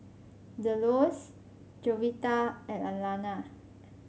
Delos Jovita and Alana